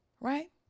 right